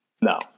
No